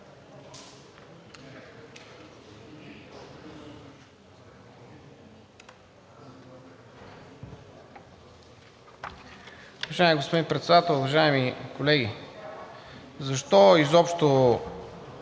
Уважаеми господин Председател, уважаеми колеги! Защо изобщо